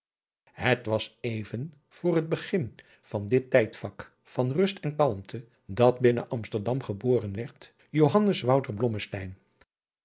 het was even voor het begin van dit tijdvak van rust en kalmte dat binnen amsterdam geboren werd